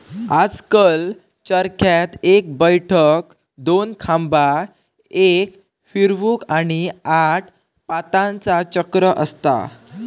आजकल चरख्यात एक बैठक, दोन खांबा, एक फिरवूक, आणि आठ पातांचा चक्र असता